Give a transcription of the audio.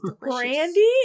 Brandy